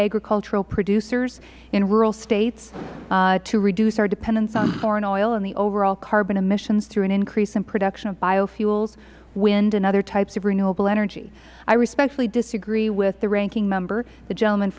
agricultural producers in rural states to reduce our dependence on foreign oil and the overall carbon emissions through an increase in the production of biofuels wind and other types of renewable energy i respectfully disagree with the ranking member the gentleman